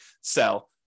sell